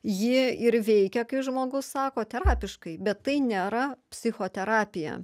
ji ir veikia kai žmogus sako terapiškai bet tai nėra psichoterapija